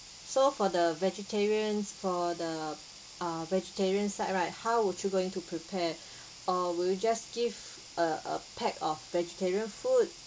so for the vegetarian's for the uh vegetarian side right how would you going to prepare uh will you just give a a pack of vegetarian food